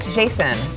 Jason